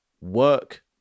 work